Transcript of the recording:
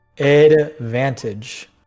advantage